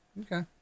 Okay